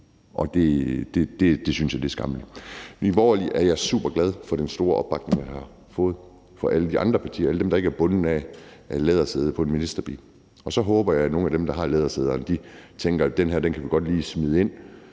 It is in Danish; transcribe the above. og det synes jeg er skammeligt. Nye Borgerlige og jeg er superglade for den store opbakning, jeg har fået fra alle de andre partier, alle dem, der ikke er bundet af lædersædet på en ministerbil, og så håber jeg, at nogle af dem, der har lædersæderne, tænker, at det her kan vi godt lige smide ind